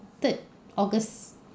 third august